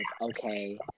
okay